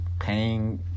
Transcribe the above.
paying